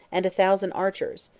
and a thousand archers,